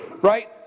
right